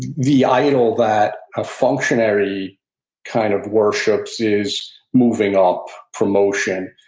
the idol that a functionary kind of worships is moving up, promotion.